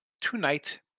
tonight